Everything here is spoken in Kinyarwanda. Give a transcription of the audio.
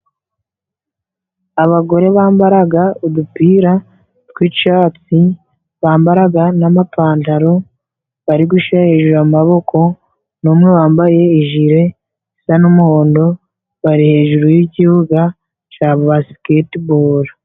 Abagore bambaraga udupira twicatsi bambaraga namapantaro, bari gushyira hejuru amaboko, numwe wambaye ijire isa n'umuhondo, bari hejuru yikibuga ca basiketi.